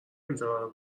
انتقام